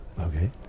Okay